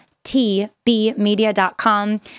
tbmedia.com